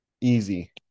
Easy